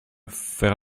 faire